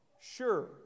sure